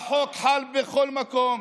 החוק חל בכל מקום